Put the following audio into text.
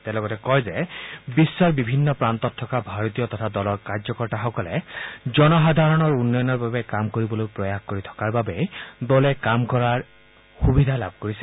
তেওঁ লগতে কয় যে বিশ্বৰ বিভিন্ন প্ৰান্তত থকা ভাৰতীয় তথা দলৰ কাৰ্যকৰ্তাসকলে জনসাধাৰণৰ উন্নয়নৰ বাবে কাম কৰিবলৈ প্ৰয়াস কৰি থকাৰ বাবেই দলে কাম কৰাৰ সুবিধা লাভ কৰিছে